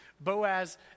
Boaz